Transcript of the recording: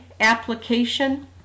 application